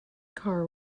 car